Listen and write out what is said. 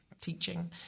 teaching